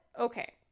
okay